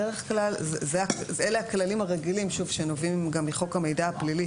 בדרך כלל אלה הכללים הרגילים שנובעים גם מחוק המידע הפלילי,